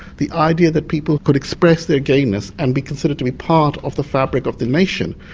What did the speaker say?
the idea that people could express their gayness and be considered to be part of the fabric of the nation,